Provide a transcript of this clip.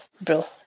bro